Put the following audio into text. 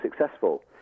successful